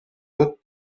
hautes